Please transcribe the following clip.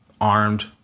armed